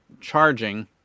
charging